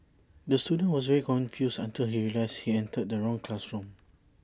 the student was very confused until he realised he entered the wrong classroom